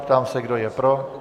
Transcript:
Ptám se, kdo je pro.